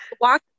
Walk